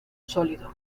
sólido